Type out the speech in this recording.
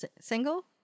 single